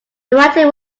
writing